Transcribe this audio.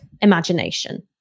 imagination